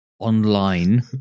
online